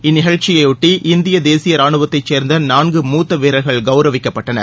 இந்த நிகழ்ச்சியையொட்டி இந்திய தேசிய ரானுவத்தைச் சே்ந்த நான்கு மூத்த வீரர்கள் கௌரவிக்கப்பட்டனர்